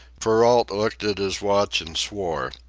perrault looked at his watch and swore.